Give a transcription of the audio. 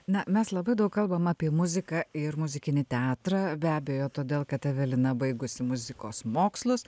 na mes labai daug kalbam apie muziką ir muzikinį teatrą be abejo todėl kad evelina baigusi muzikos mokslus